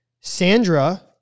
Sandra